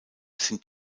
sind